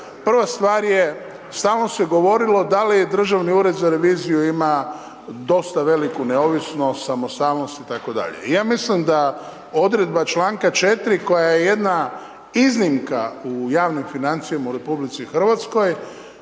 prva stvar je, stalno se govorilo da li je Državni ured za reviziju ima dosta veliku neovisnost, samostalnost itd. Ja mislim da odredba čl. 4. koja je jedna iznimka u javnim financijama u RH dodatno